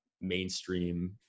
mainstream